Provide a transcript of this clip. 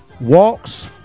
walks